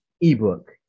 ebook